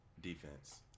defense